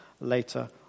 later